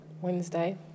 Wednesday